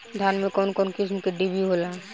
धान में कउन कउन किस्म के डिभी होला?